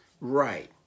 Right